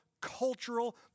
cultural